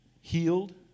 Healed